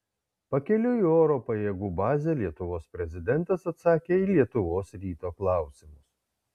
pakeliui į oro pajėgų bazę lietuvos prezidentas atsakė į lietuvos ryto klausimus